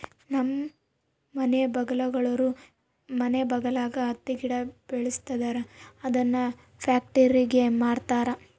ನಮ್ಮ ಮನೆ ಬಗಲಾಗುಳೋರು ಮನೆ ಬಗಲಾಗ ಹತ್ತಿ ಗಿಡ ಬೆಳುಸ್ತದರ ಅದುನ್ನ ಪ್ಯಾಕ್ಟರಿಗೆ ಮಾರ್ತಾರ